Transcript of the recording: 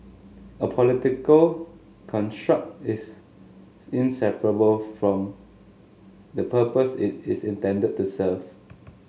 a political construct is inseparable from the purpose it is intended to serve